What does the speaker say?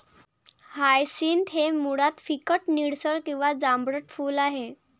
hyacinth हे मुळात फिकट निळसर किंवा जांभळट फूल आहे